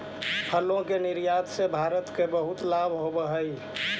फलों के निर्यात से भारत को बहुत लाभ होवअ हई